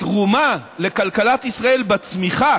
התרומה לכלכלת ישראל בצמיחה